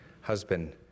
husband